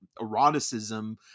eroticism